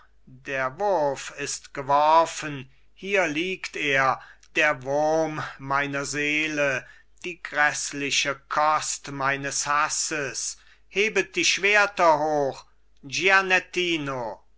der wurf ist geworfen hier liegt er der wurm meiner seele die gräßliche kost meines hasses hebet die schwerter hoch